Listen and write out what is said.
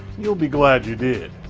you'll be glad you did.